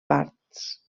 parts